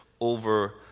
over